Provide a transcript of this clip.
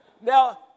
now